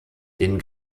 den